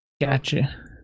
Gotcha